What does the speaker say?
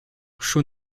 chaux